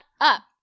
up